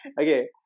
Okay